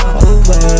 over